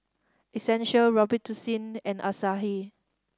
Essential Robitussin and Asahi